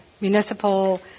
municipal